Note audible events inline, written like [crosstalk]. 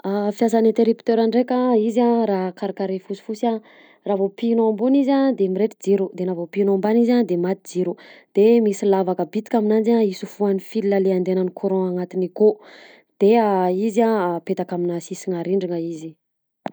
[hesitation] Fiasan'ny interrupteur ndreka a izy a raha karikare fosifosy a de raha vao pihanao ambony izy a de mirehitra jiro de raha vao pihanao ambany izy de maty jiro de misy lavaka bitika aminanjy a isofohan'ny fila le andehanany courant agnatiny akao de izy a apetaka amina sisina rindrina izy.